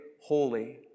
holy